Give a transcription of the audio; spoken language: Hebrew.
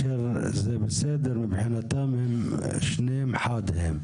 זה בסדר מבחינתם, שניהם חד הם.